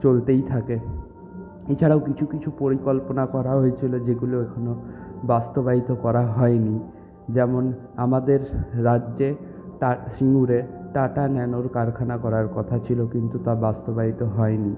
চলতেই থাকে এছাড়াও কিছু কিছু পরিকল্পনা করা হয়েছিল যেগুলো এখনও বাস্তবায়িত করা হয়নি যেমন আমাদের রাজ্যে সিঙ্গুরে টাটা ন্যানোর কারখানা করার কথা ছিল কিন্তু তা বাস্তবায়িত হয়নি